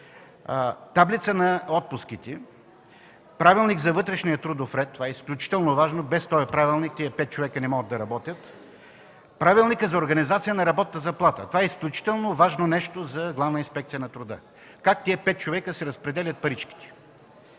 таблица на отпуските; Правилник за вътрешния трудов ред – това е изключително важно, без този правилник тези 5 човека не могат да работят; Правилника за организацията на работната заплата – това е изключително важно нещо за Главна инспекция по труда как тези 5 човека си разпределят паричките;